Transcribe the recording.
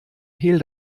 hehl